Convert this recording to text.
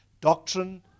Doctrine